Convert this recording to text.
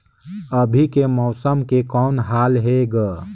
अभी के मौसम के कौन हाल हे ग?